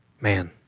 Man